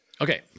Okay